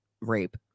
rape